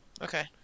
Okay